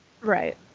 Right